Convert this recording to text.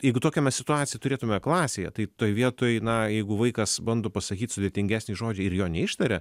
jeigu tokią mes situaciją turėtume klasėje tai toj vietoj na jeigu vaikas bando pasakyt sudėtingesnį žodį ir jo neištaria